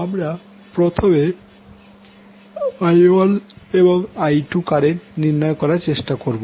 আমরা প্রথমে I1 এবং I2 কারেন্ট নির্ণয় করার চেষ্টা করব